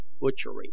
butchery